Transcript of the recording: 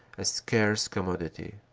a scarce commodity.